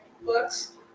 books